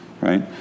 right